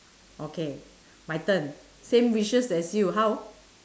okay my turn same wishes as you how